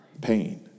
pain